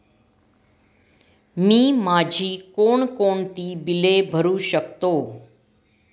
मी माझी कोणकोणती बिले भरू शकतो?